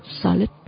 solid